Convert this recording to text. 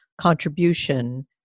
contribution